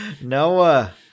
Noah